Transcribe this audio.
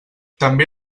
també